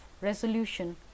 resolution